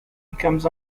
becomes